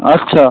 আচ্ছা